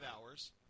hours